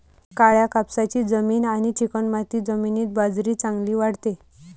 काळ्या कापसाची जमीन आणि चिकणमाती जमिनीत बाजरी चांगली वाढते